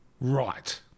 Right